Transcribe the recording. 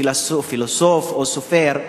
פילוסוף או סופר,